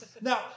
Now